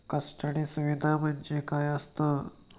Custody सुविधा म्हणजे काय असतं?